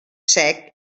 sec